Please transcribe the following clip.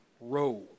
row